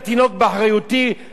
ל-48 שעות,